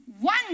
one